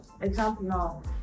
Example